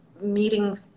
meeting